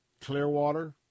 Clearwater